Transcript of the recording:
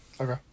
Okay